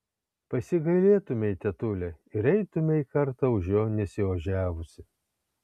pasigailėtumei tetule ir eitumei kartą už jo nesiožiavusi